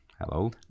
Hello